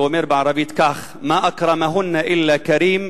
שאומר בערבית כך: מַא אַכְּרַמַהֻנַּ אִלַּא כַּרִים